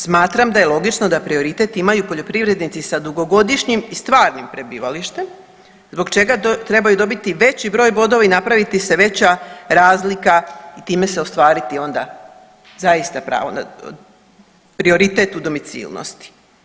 Smatram da je logično da prioritet imaju poljoprivrednici sa dugogodišnjim i stvarnim prebivalištem zbog čega trebaju dobiti veći broj bodova i napraviti se veća razlika i time se ostvariti onda zaista prioritet u domicilnosti.